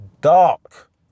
Dark